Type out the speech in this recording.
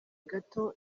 gato